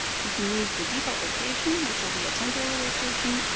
you can leave the default location which will be a temporary location,